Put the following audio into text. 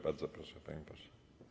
Bardzo proszę, panie pośle.